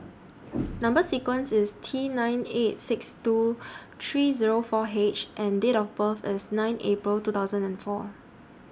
Number sequence IS T nine eight six two three Zero four H and Date of birth IS nine April two thousand and four